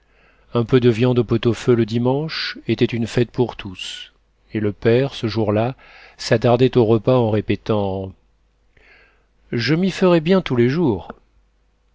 un peu de viande au pot-au-feu le dimanche était une fête pour tous et le père ce jour-là s'attardait au repas en répétant je m'y ferais bien tous les jours